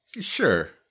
Sure